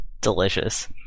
Delicious